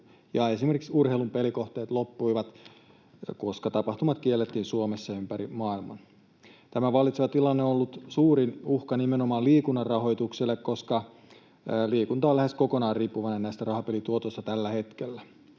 esimerkiksi urheilun pelikohteet loppuivat, koska tapahtumat kiellettiin Suomessa ja ympäri maailman. Tämä vallitseva tilanne on ollut suurin uhka nimenomaan liikunnan rahoitukselle, koska liikunta on tällä hetkellä lähes kokonaan riippuvainen näistä rahapelituotoista. Tämän